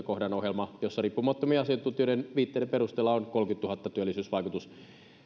kohdan ohjelma jossa riippumattomien asiantuntijoiden viitteiden perusteella on työllisyysvaikutus kolmannessakymmenennessätuhannennessa